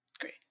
Great